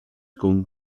going